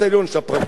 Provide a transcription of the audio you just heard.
שהפרקליטות